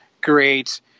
great